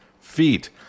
feet